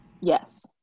Yes